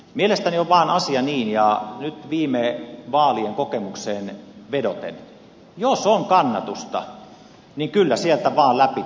mielestäni on vaan asia niin ja nyt viime vaalien kokemukseen vedoten että jos on kannatusta niin kyllä sieltä vaan läpi tullaan